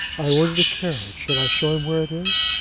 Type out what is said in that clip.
i ordered a carriage shall i show him where it is?